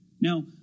Now